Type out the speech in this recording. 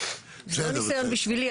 זה לא ניסיון בשבילי,